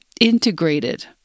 integrated